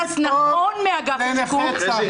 הם רוצים יחס נכון מאגף השיקום.